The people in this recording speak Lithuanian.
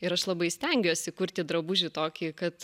ir aš labai stengiuosi kurti drabužį tokį kad